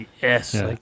Yes